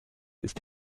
ist